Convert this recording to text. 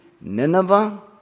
Nineveh